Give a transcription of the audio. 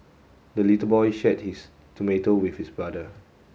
the little boy shared his tomato with his brother